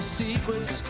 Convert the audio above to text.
secrets